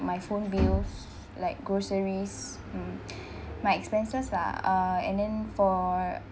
my phone bills like groceries mm my expenses ah uh and then for